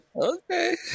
Okay